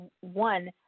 one